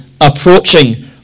approaching